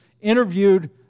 interviewed